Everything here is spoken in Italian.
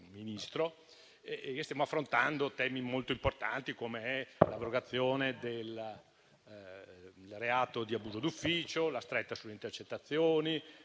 Ministro e stiamo affrontando temi molto importanti come l'abrogazione del reato di abuso d'ufficio, la stretta sulle intercettazioni,